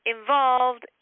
involved